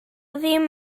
ddim